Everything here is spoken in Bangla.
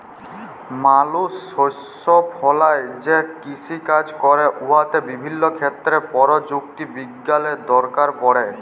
মালুস শস্য ফলাঁয় যে কিষিকাজ ক্যরে উয়াতে বিভিল্য ক্ষেত্রে পরযুক্তি বিজ্ঞালের দরকার পড়ে